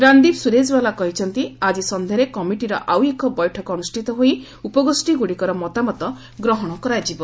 ରଣଦୀପ୍ ସ୍କରଜେଓ୍ବାଲା କହିଛନ୍ତି ଆଜି ସନ୍ଧ୍ୟାରେ କମିଟିର ଆଉ ଏକ ବୈଠକ ଅନୁଷ୍ଠିତ ହୋଇ ଉପଗୋଷୀଗୁଡ଼ିକର ମତାମତ ଗ୍ରହଣ କରାଯିବ